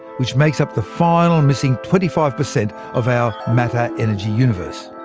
which makes up the final missing twenty five percent of our matter-energy universe.